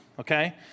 okay